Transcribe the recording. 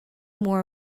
more